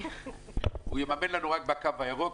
הוא יממן לנו רק בקו הירוק,